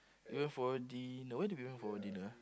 went for din~ where did we went for dinner ah